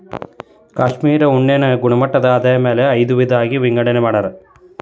cashmere ಉಣ್ಣೆನ ಗುಣಮಟ್ಟದ ಆಧಾರದ ಮ್ಯಾಲ ಐದ ವಿಧಾ ಆಗಿ ವಿಂಗಡನೆ ಮಾಡ್ಯಾರ